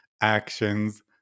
actions